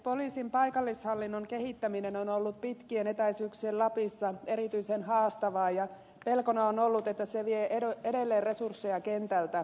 poliisin paikallishallinnon kehittäminen on ollut pitkien etäisyyksien lapissa erityisen haastavaa ja pelkona on ollut että se vie edelleen resursseja kentältä